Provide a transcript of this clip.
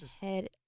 head